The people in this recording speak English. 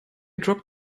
drop